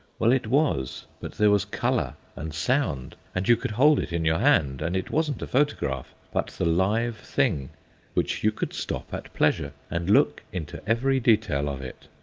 well, it was but there was colour and sound, and you could hold it in your hand, and it wasn't a photograph, but the live thing which you could stop at pleasure, and look into every detail of it.